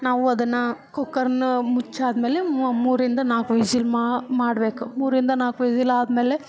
ನಾವು ಅದನ್ನು ಕುಕ್ಕರನ್ನ ಮುಚ್ಚಿದ್ಮೇಲೆ ಮೂರರಿಂದ ನಾಲ್ಕು ವಿಸಿಲ್ ಮಾ ಮಾಡಬೇಕು ಮೂರರಿಂದ ನಾಲ್ಕು ವಿಸಿಲ್ ಆದ್ಮೇಲೆ